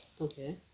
Okay